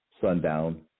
sundown